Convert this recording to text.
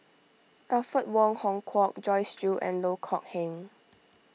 Alfred Wong Hong Kwok Joyce Jue and Loh Kok Heng